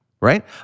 right